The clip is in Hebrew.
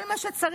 כל מה שצריך,